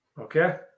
Okay